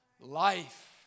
life